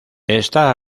está